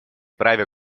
праве